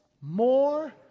more